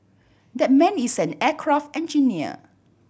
that man is an aircraft engineer